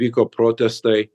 vyko protestai